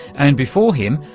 and before him,